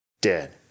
Dead